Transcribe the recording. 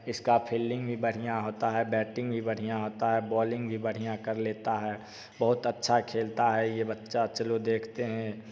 इसका फील्डिंग भी बढ़िया होता है बैटिंग भी बढ़िया होता है बॉलिंग भी बढ़िया कर लेता है बहुत अच्छा खेलता है ये बच्चा चलो देखते हैं